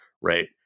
right